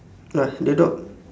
!wah! the dog